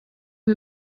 sie